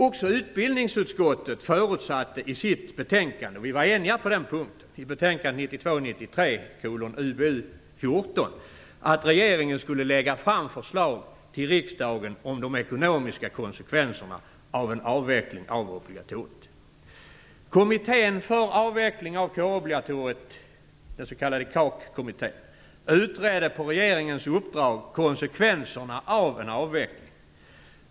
Också utbildningsutskottet förutsatte i sitt betänkande 1992/93:UbU14 att regeringen skulle lägga fram förslag till riksdagen om de ekonomiska konsekvenserna av en avveckling av obligatoriet. Vi var eniga på den punkten. Kommittén för avveckling av kårobligatoriet, den s.k. KAK-kommittén, utredde på regeringens uppdrag konsekvenserna av en avveckling.